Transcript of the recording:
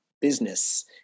business